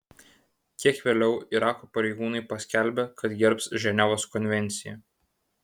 kiek vėliau irako pareigūnai paskelbė kad gerbs ženevos konvenciją